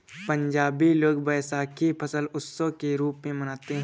पंजाबी लोग वैशाखी फसल उत्सव के रूप में मनाते हैं